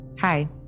Hi